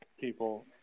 people